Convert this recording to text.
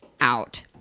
out